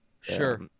Sure